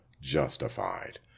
justified